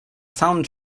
sound